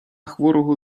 хворого